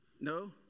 No